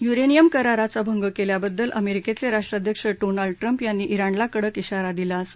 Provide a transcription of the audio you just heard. uranium कराराचा भंग केल्याबद्दल अमेरिकेचे राष्ट्राध्यक्ष डोनाल्ड ट्रम्प यांनी विणला कडक विारा दिला आहे